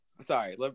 Sorry